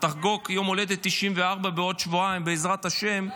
תחגוג יום הולדת 94 בעוד שבועיים, בעזרת השם,